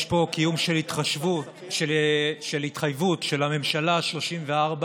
יש פה קיום של התחייבות של הממשלה השלושים-וארבע